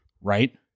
right